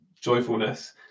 joyfulness